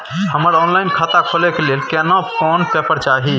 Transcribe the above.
हमरा ऑनलाइन खाता खोले के लेल केना कोन पेपर चाही?